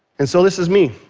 and so this is me.